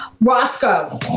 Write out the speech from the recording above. Roscoe